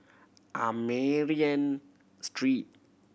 Armenian Street